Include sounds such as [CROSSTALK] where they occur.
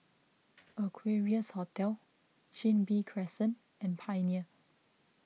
[NOISE] Equarius Hotel Chin Bee Crescent and Pioneer